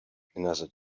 another